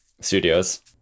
studios